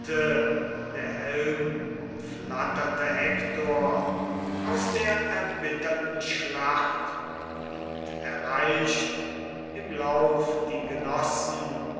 der helmumflatterte hektor aus der erbitterten schlacht und erreicht im lauf die genossen